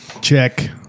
Check